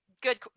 Good